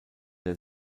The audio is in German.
der